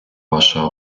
ваша